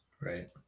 Right